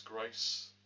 grace